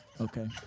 okay